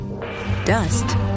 dust